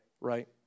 right